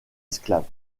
esclaves